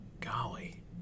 golly